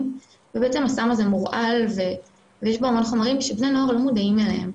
ובעצם הסם הזה מורעל ויש בו המון חומרים שבני נוער לא מודעים להם.